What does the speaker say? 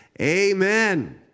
Amen